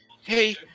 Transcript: Hey